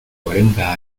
cuarenta